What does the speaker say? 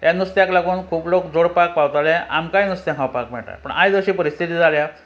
ह्या नुस्त्याक लागून खूब लोक जोडपाक पावताले आमकांय नुस्तें खावपाक मेयटा पूण आयज अशी परिस्थिती जाल्या